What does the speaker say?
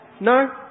no